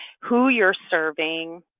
who you're serving,